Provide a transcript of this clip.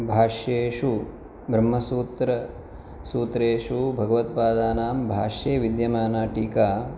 भाष्येषु ब्रह्मसूत्रसूत्रेषु भगवत्पादनां भाष्ये विद्यमाना टीका